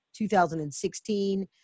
2016